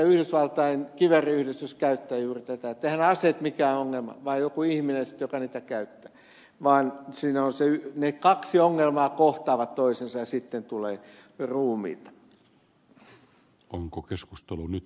yhdysvaltain kivääriyhdistys käyttää juuri tätä että eiväthän aseet mikään ongelma vaan joku ihminen sitten joka niitä käyttää ne kaksi ongelmaa kohtaavat toisensa ja sitten tulee ruumiita